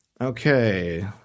Okay